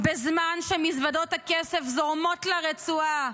בזמן שמזוודות הכסף זורמות לרצועה